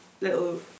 little